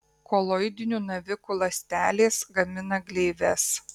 koloidinių navikų ląstelės gamina gleives